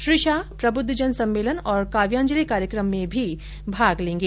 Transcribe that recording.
श्री शाह प्रबृद्धजन सम्मेलन और काव्यांजलि कार्यक्रम में भी भाग लेंगे